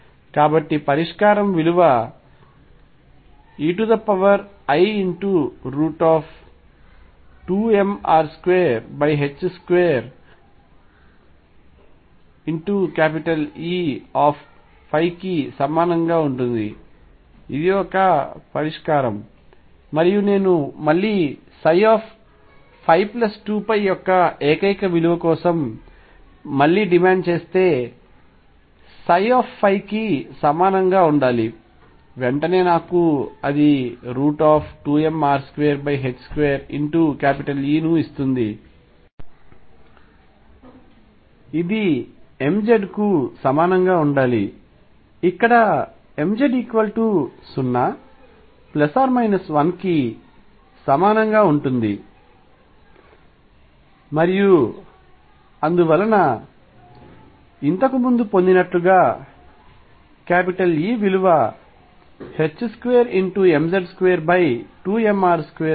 కాబట్టి పరిష్కారంψ విలువ ei√2mR22Eకి సమానంగా ఉంటుంది ఇది ఒక పరిష్కారం మరియు నేను మళ్ళీ ψϕ2π యొక్క ఏకైక విలువ కోసం మళ్లీ డిమాండ్ చేస్తే ψϕ కి సమానంగా ఉండాలి అది వెంటనే నాకు √2mR22E ఇస్తుంది ఇది mz కు సమానంగా ఉండాలి ఇక్కడ mz 0 1 కి సమానంగా ఉంటుంది మరియు అందువలన ఇంతకు ముందు పొందినట్లుగా E విలువ 2mz22mR2 గా వస్తుంది